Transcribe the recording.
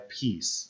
peace